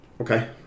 Okay